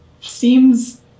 seems